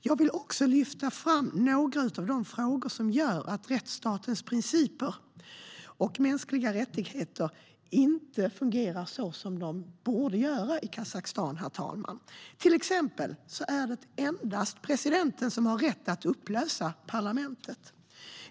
Jag vill också lyfta fram några av de frågor som gör att rättsstatens principer och mänskliga rättigheter inte fungerar så som de borde i Kazakstan, herr talman. Det är till exempel endast presidenten som har rätt att upplösa parlamentet.